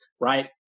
right